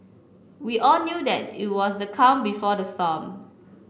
we all knew that it was the calm before the storm